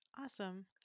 awesome